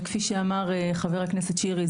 וכפי שאמר חבר הכנסת שירי,